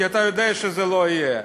כי אתה יודע שזה לא יהיה.